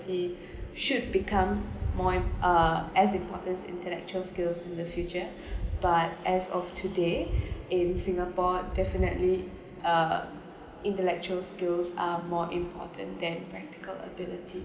should become more im~ uh as important intellectual skills in the future but as of today in singapore definitely uh intellectual skills are more important than practical ability